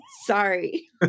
sorry